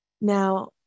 Now